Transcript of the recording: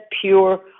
pure